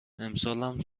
امسالم